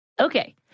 Okay